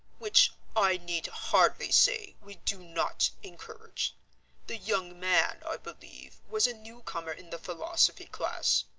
which, i need hardly say, we do not encourage the young man, i believe, was a newcomer in the philosophy class.